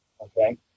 okay